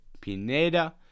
Pineda